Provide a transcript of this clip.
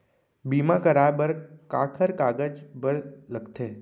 बीमा कराय बर काखर कागज बर लगथे?